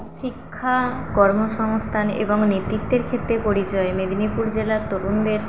শিক্ষা কর্মসংস্থান এবং নেতৃত্বের ক্ষেত্রে পরিচয় মেদিনীপুর জেলার তরুণদের